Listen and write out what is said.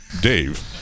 Dave